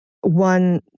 One